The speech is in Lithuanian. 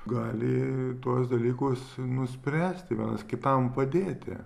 gali tuos dalykus nuspręsti vienas kitam padėti